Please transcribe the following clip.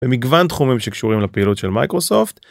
במגוון תחומים שקשורים לפעילות של מייקרוסופט.